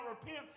repent